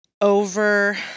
over